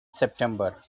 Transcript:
september